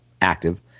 active